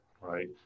right